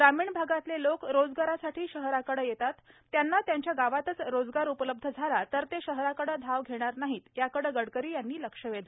ग्रामीण भागातले लोक रोजगारासाठी शहराकडे येतात त्यांना त्यांच्या गावातच रोजगार उपलब्ध झाला तर ते शहराकडे धाव घेणार नाहीत याकडे गडकरी यांनी लक्ष वेधलं